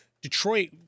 Detroit